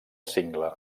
cingle